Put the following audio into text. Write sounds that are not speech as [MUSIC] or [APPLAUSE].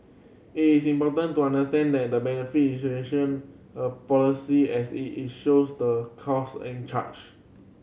it is important to understand that the benefit [UNINTELLIGIBLE] of a policy as it it shows the cost and charge